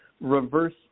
reverse